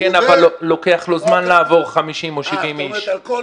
כן, אבל לוקח לו זמן לעבור 50 או 70 איש.